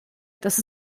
dass